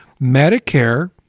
Medicare